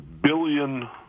billion